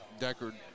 Deckard